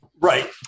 right